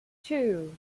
two